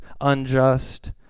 unjust